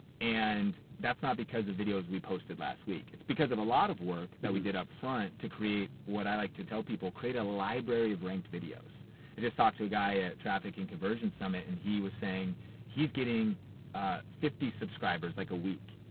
and that's not because of videos we posted last week. it's because of a lot of work that we did up front to create, what i like to tell people, create a library of ranked videos. i just talked to a guy at traffic and conversion summit, and he was saying he's getting fifty subscribers like a week.